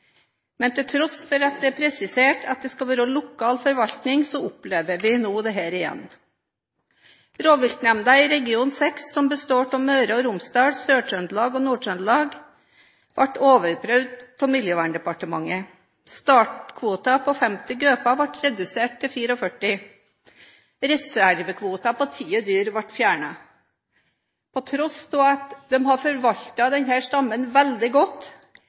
Men til tross for at det er presisert at det skal være lokal forvaltning, opplever vi nå dette igjen. Rovviltnemnda i region 6, som består av Møre og Romsdal, Sør-Trøndelag og Nord-Trøndelag, ble overprøvd av Miljøverndepartementet. Startkvoten på 50 gauper ble redusert til 44. Reservekvoten på ti dyr ble fjernet, på tross av at man hadde forvaltet denne stammen veldig godt,